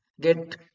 get